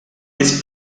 this